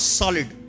solid